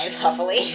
huffily